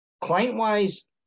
Client-wise